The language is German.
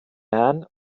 man